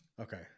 Okay